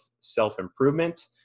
self-improvement